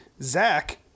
zach